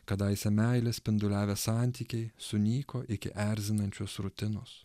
kadaise meile spinduliavę santykiai sunyko iki erzinančios rutinos